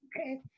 Okay